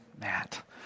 Matt